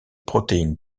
protéines